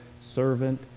servant